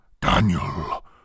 Daniel